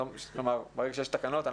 ברגע שיש תקנות,